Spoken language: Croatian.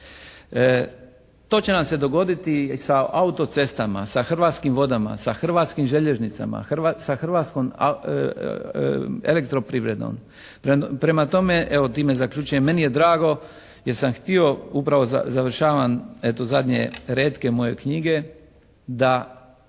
To će nam se dogoditi sa auto-cestama, sa hrvatskim vodama, sa Hrvatskim željeznicama, sa Hrvatskom elektro-privredom. Prema tome, evo time zaključujem, meni je drago jer sam htio upravo završavam eto zadnje retke moje knjige, da